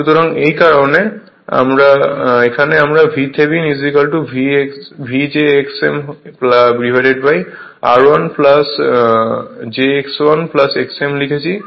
সুতরাং এই কারণে এখানে আমরা VThevenin vjxm R1 JX1 xm লিখেছি